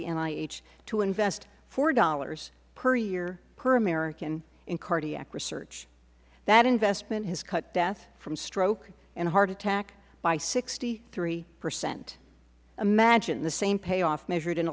the nih to invest four dollars per year per american in cardiac research that investment has cut death from stroke and heart attack by sixty three percent imagine the same payoff measured